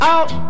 Out